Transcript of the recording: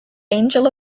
angel